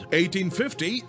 1850